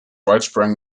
widespread